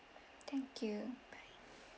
thank you bye